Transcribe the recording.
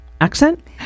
accent